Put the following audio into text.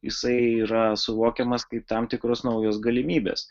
jisai yra suvokiamas kaip tam tikros naujos galimybės